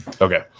Okay